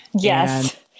yes